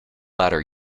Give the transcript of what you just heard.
latter